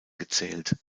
gezählt